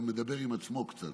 גם מדבר עם עצמו קצת.